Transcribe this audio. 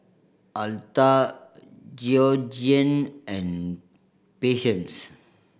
Altha Georgeann and Patience